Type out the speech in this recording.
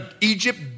Egypt